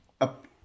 Up